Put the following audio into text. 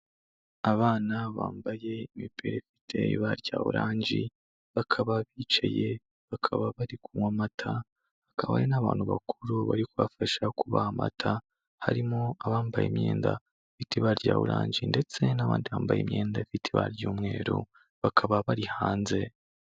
Abana bambaye imipira ifite ibara rya oranje bakaba bicaye bakaba bari kunywa amata hakaba ari n'abantu bakuru bari kubafasha kubaha amata, harimo abambaye imyenda ifite ibara rya oranje ndetse n'abandi bambaye imyenda ifite ibara ry'umweru bakaba bari hanze.